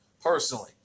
personally